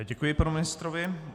Děkuji panu ministrovi.